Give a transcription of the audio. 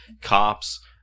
cops